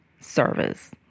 service